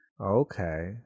Okay